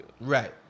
Right